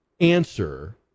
answer